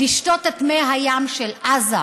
לשתות את מי הים של עזה.